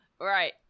Right